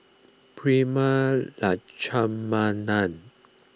Prema Letchumanan